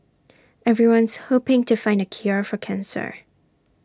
everyone's hoping to find the cure for cancer